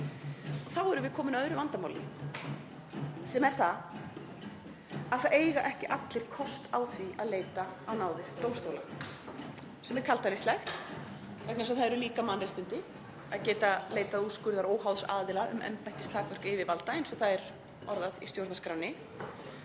Þá erum við komin að öðru vandamáli sem er að það eiga ekki allir kost á því að leita á náðir dómstóla, sem er kaldhæðnislegt vegna þess að það eru líka mannréttindi að geta leitað úrskurðar óháðs aðila um embættistakmörk yfirvalda, eins og það er orðað í stjórnarskránni.